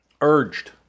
urged